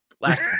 Last